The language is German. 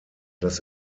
das